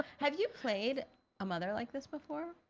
have you played a mother like this before?